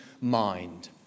mind